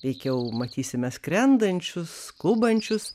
veikiau matysime skrendančius skubančius